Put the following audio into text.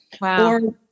Wow